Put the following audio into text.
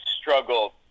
struggled